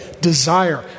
desire